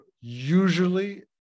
usually